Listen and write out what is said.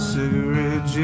Cigarette